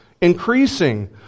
increasing